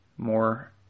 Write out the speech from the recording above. more